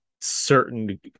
certain